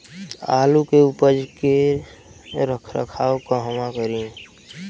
आलू के उपज के रख रखाव कहवा करी?